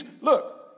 look